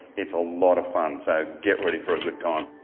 it's a lot of fun, so get ready for a good time.